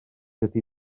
ydy